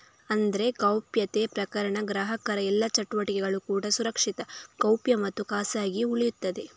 ಅಂದ್ರೆ ಗೌಪ್ಯತೆ ಪ್ರಕಾರ ಗ್ರಾಹಕರ ಎಲ್ಲಾ ಚಟುವಟಿಕೆಗಳು ಕೂಡಾ ಸುರಕ್ಷಿತ, ಗೌಪ್ಯ ಮತ್ತು ಖಾಸಗಿಯಾಗಿ ಉಳೀತದೆ